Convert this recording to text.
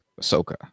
Ahsoka